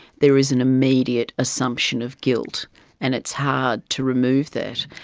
there is an immediate assumption of guilt and it's hard to remove that.